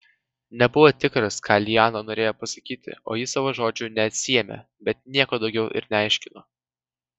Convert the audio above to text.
nebuvo tikras ką liana norėjo pasakyti o ji savo žodžių neatsiėmė bet nieko daugiau ir neaiškino